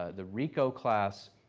ah the rico class,